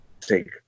take